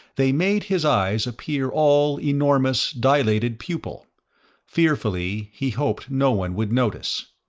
they made his eyes appear all enormous, dilated pupil fearfully, he hoped no one would notice.